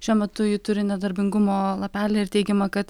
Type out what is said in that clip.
šiuo metu ji turi nedarbingumo lapelį ir teigiama kad